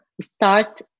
start